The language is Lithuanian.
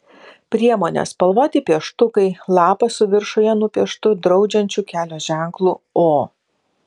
priemonės spalvoti pieštukai lapas su viršuje nupieštu draudžiančiu kelio ženklu o